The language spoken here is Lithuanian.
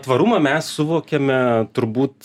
tvarumą mes suvokiame turbūt